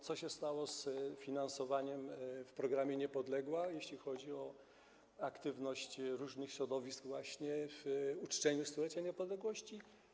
Co się stało z finansowaniem w programie „Niepodległa”, jeśli chodzi o aktywność różnych środowisk właśnie w uczczeniu stulecia niepodległości?